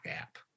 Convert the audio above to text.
app